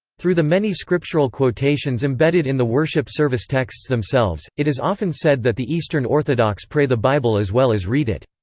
through the many scriptural quotations embedded in the worship service texts themselves, it is often said that the eastern orthodox pray the bible as well as read it.